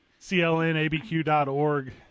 CLNABQ.org